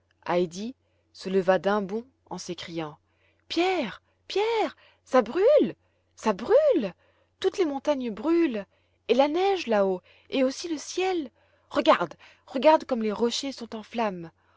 se leva d'un bond en s'écriant pierre pierre ça brûle ça brûle toutes les montagnes brûlent et la neige là-haut et aussi le ciel regarde regarde comme les rochers sont en flamme